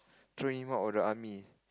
threw him out of the army